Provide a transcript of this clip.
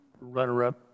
runner-up